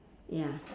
ya